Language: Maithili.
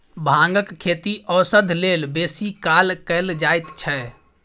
भांगक खेती औषध लेल बेसी काल कएल जाइत छै